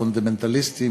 פונדמנטליסטיים,